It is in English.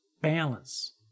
balance